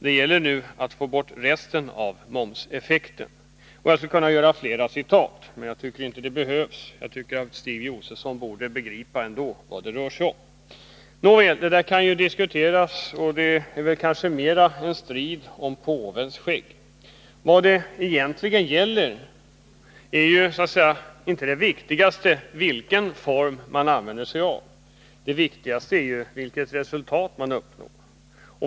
Nu gäller det att få bort resten av momseffekten.” Jag skulle kunna ta flera citat, men jag tycker inte att det behövs — Stig Josefson borde ändå förstå vad det rör sig om. Nåväl, detta kan diskuteras, och det är väl kanske mera en strid om påvens skägg. Det viktigaste är inte vilken form man använder sig av, utan det är vilket resultat man uppnår.